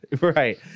Right